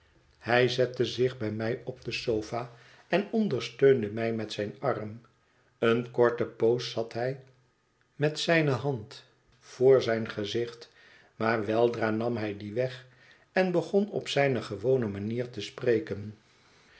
hij ette zich bij mij op de sofa en ondersteunde mij met zijn arm eene korte poos zat hij met zijne hand voor zijn gezicht maar weldra nam hij die weg en begon op zijne gewone manier te spreken